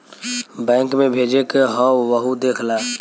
bank मे भेजे क हौ वहु देख ला